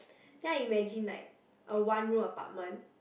then I imagine like a one room apartment